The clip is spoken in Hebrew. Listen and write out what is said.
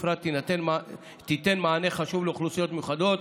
ובפרט תיתן מענה חשוב לאוכלוסיות מיוחדות,